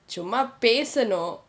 சும்மா பேசணும்:summaa pesanum